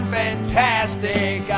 fantastic